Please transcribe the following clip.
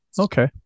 Okay